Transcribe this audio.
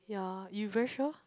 ya you very sure